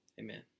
Amen